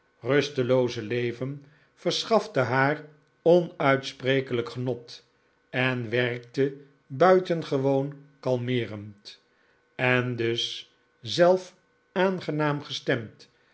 rustelooze leven verschafte haar onuitsprekelijk genot en werkte buitengewoon kalmeerend en dus zelf aangenaam gestemd